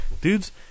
dudes